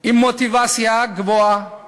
עם מוטיבציה גבוהה,